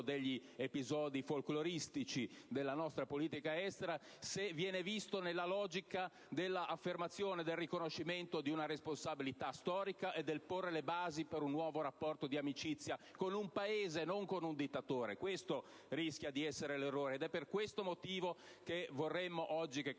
degli episodi folcloristici della nostra politica estera, se visto nella logica della affermazione e del riconoscimento di una responsabilità storica e del porre le basi per un nuovo rapporto di amicizia con un Paese, non con un dittatore. Questo rischia di essere l'errore. Ed è per questo motivo che vorremmo oggi che